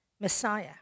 Messiah